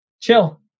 chill